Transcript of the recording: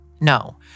No